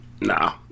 nah